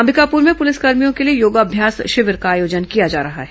अंबिकापुर में पुलिसकर्भियों के लिए योगाभ्यास शिविर का आयोजन किया जा रहा है